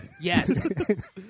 Yes